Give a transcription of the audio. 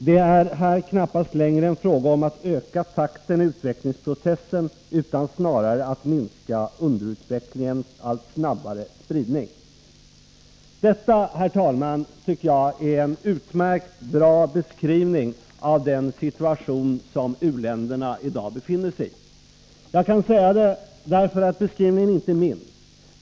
Det är här knappast längre en fråga om att öka takten i utvecklingsprocessen, utan snarare att minska underutvecklingens allt snabbare spridning.” Detta, herr talman, tycker jag är en utmärkt beskrivning av den situation som u-länderna i dag befinner sig i. Jag kan säga det därför att beskrivningen inte är min.